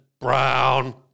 brown